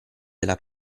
della